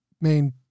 main